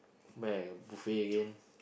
where a buffet again